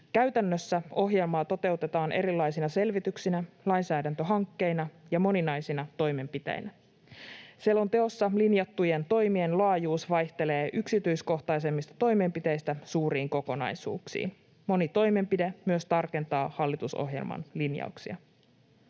Käytännössä ohjelmaa toteutetaan erilaisina selvityksinä, lainsäädäntöhankkeina ja moninaisina toimenpiteinä. Selonteossa linjattujen toimien laajuus vaihtelee yksityiskohtaisemmista toimenpiteistä suuriin kokonaisuuksiin. Moni toimenpide myös tarkentaa hallitusohjelman linjauksia.